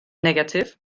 negatif